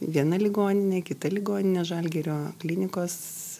viena ligoninė kita ligoninė žalgirio klinikos